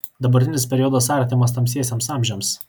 dabartinis periodas artimas tamsiesiems amžiams